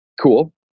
cool